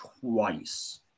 twice